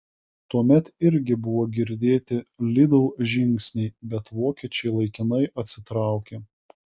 tuomet irgi buvo girdėti lidl žingsniai bet vokiečiai laikinai atsitraukė